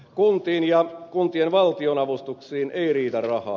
kuntiin ja kuntien valtionavustuksiin ei riitä rahaa